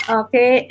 okay